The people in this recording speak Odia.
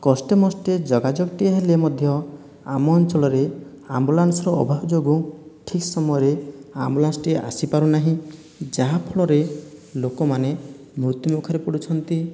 କଷ୍ଟେମଷ୍ଟେ ଯୋଗାଯୋଗଟିଏ ହେଲେ ମଧ୍ୟ ଆମ ଅଞ୍ଚଳରେ ଆମ୍ବୁଲାନ୍ସର ଅଭାବ ଯୋଗୁଁ ଠିକ୍ ସମୟରେ ଆମ୍ବୁଲାନ୍ସଟିଏ ଆସିପାରୁନାହିଁ ଯାହାଫଳରେ ଲୋକମାନେ ମୃତ୍ୟୁମୁଖରେ ପଡ଼ୁଛନ୍ତି